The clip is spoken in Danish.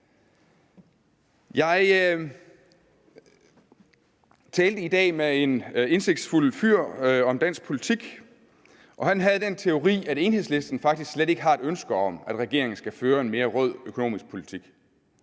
Jeg talte i dag med en indsigtsfuld fyr om dansk politik, og han havde den teori, at Enhedslisten faktisk slet ikke har et ønske om, at regeringen skal føre en mere rød økonomisk politik.